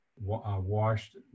washed